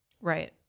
Right